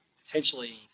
potentially